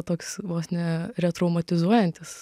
toks vos ne retraumatizuojantis